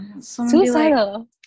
suicidal